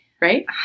right